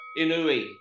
Inui